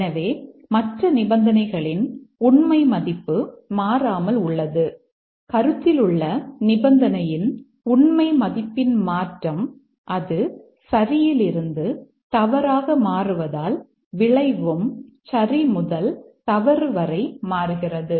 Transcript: எனவே மற்ற நிபந்தனைகளின் உண்மை மதிப்பு மாறாமல் உள்ளது கருத்தில் உள்ள நிபந்தனையின் உண்மை மதிப்பின் மாற்றம் அது சரியிலிருந்து தவறாக மாறுவதால் விளைவும் சரி முதல் தவறு வரை மாறுகிறது